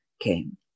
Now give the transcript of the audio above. came